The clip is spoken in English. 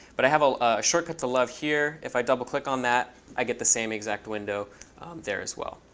but i have a ah shortcut to love here. if i double click on that, i get the same exact window there as well.